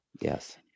Yes